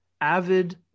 avid